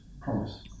promise